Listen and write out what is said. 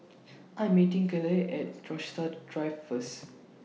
I Am meeting Cliffie At Rochester Drive First